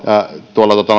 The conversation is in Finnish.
tuolla